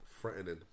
threatening